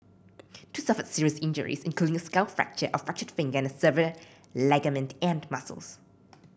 two suffered serious injuries including a skull fracture a fractured finger and severed ligament and muscles